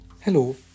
Hello